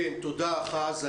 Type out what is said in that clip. תודה, אחז.